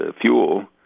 fuel